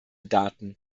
daten